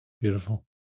beautiful